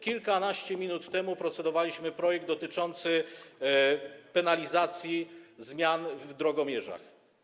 Kilkanaście minut temu procedowaliśmy nad projektem dotyczącym penalizacji zmian w drogomierzach.